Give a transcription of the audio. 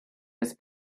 his